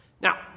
Now